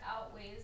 outweighs